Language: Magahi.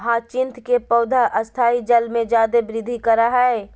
ह्यचीन्थ के पौधा स्थायी जल में जादे वृद्धि करा हइ